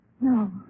No